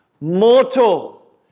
mortal